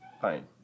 Fine